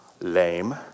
lame